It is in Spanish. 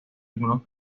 algunos